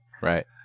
Right